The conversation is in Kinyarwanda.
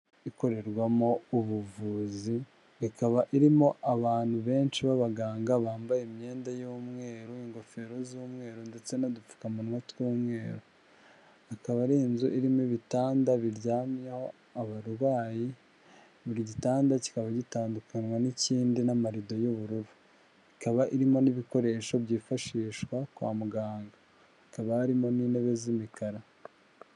Ikorerwamo ubuvuzi ikaba irimo abantu benshi b'abaganga bambaye imyenda y'umweru ingofero z'umweru ndetse n'udupfukamunwa tw'umweru akaba ari inzu irimo ibitanda biryamyeho abarwayi buri gitanda kikaba gitandukanywa n'ikindi n'amarido y'ubururu ikaba irimo n'ibikoresho byifashishwa kwa muganga hakaba harimo n'intebe z'imikara.